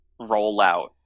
rollout